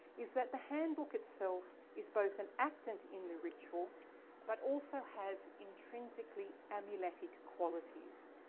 is that the hand book itself is both an actant in the ritual but also has intrinsically amuletic qualities.